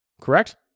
Correct